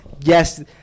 Yes